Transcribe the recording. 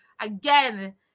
again